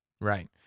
right